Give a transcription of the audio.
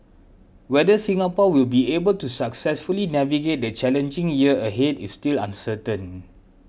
whether Singapore will be able to successfully navigate the challenging year ahead is still uncertain